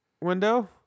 window